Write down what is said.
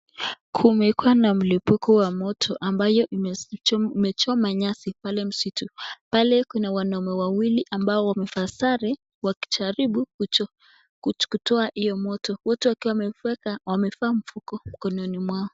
Kumekuwa na mlipuko wa moto ambayo imechoma nyasi pale msitu. Pale kuna wanaume wawili ambao wamevaa sare wakijaribu kutoa hiyo moto, wote wakiwa wameweka, wamevaa mfuko mikononi mwao.